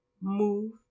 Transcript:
move